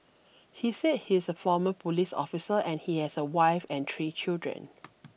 he said he's a former police officer and he has a wife and three children